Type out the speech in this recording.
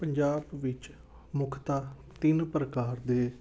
ਪੰਜਾਬ ਵਿੱਚ ਮੁੱਖ ਤਾਂ ਤਿੰਨ ਪ੍ਰਕਾਰ ਦੇ